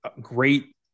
great